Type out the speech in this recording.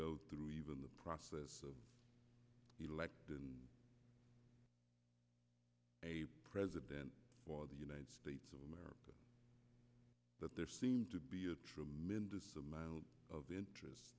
go through even the process of electing a president of the united states of america that there seemed to be a tremendous amount of interest